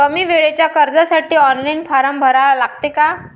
कमी वेळेच्या कर्जासाठी ऑनलाईन फारम भरा लागते का?